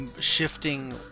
shifting